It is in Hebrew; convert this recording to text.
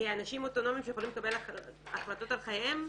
כאנשים אוטונומיים שיכולים לקבל החלטות על חייהם,